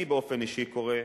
אני באופן אישי קורא,